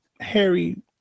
Harry